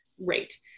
rate